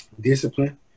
discipline